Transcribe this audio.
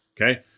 okay